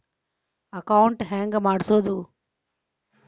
Account ಹೆಂಗ್ ಮಾಡ್ಸೋದು?